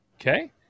Okay